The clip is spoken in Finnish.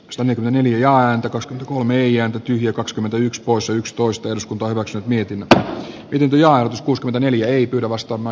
samec neljä ääntä kun ei ääntä tyhjä kakskymmentäyks poissa yksitoista jos kun panokset mieti mitä pidempi ja uskotan eli ei kyllä vastaamme